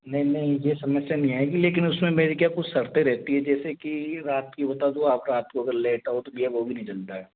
नहीं नहीं ये समस्या नहीं आएगी लेकिन उसमें मेरी क्या कुछ शर्तें रहती है जैसे की रात की बता दूँ आप रात को अगर लेट आओ तो भैया वो भी नहीं चलता है